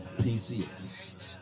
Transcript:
PCS